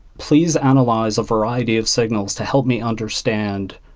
please analyze a variety of signals to help me understand,